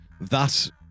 thus